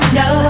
no